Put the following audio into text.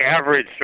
average